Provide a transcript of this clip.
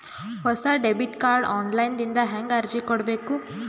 ಹೊಸ debit card online ದಿಂದ ಹೇಂಗ ಅರ್ಜಿ ಕೊಡಬೇಕು?